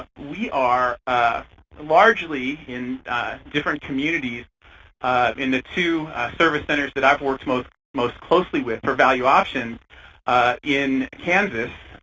we are largely in different communities in the two service centers that i've worked most most closely with for valueoptions in kansas.